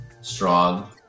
strong